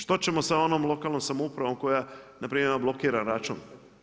Što ćemo sa onom lokalnom samoupravom koja npr. ima blokiran račun?